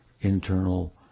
internal